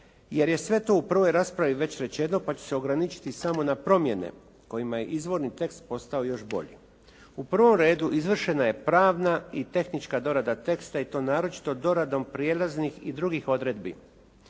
jer je sve to u prvoj raspravi već rečeno, pa ću se ograničiti samo na promjene kojima je izvorni tekst postao još bolji. U prvom redu izvršena je pravna i tehnička dorada teksta i to naročito doradom prijelaznih i drugih odredbi.